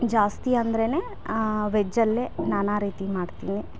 ಜಾಸ್ತಿಯಂದರೇನೇ ವೆಜ್ಜಲ್ಲೆ ನಾನಾ ರೀತಿ ಮಾಡ್ತೀನಿ